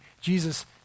Jesus